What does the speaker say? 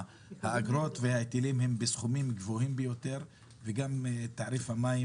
האגרות וההיטלים הם בסכומים גבוהים ביותר וגם תעריף המים